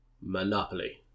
Monopoly